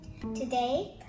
Today